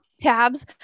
tabs